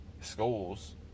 schools